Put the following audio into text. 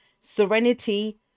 serenity